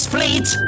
Fleet